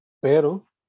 pero